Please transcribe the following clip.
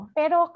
pero